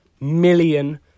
million